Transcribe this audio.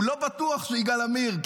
הוא לא בטוח שזה יגאל עמיר.